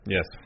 Yes